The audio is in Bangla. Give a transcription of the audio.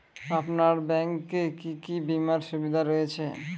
আপনার ব্যাংকে কি কি বিমার সুবিধা রয়েছে?